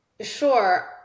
Sure